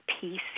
peace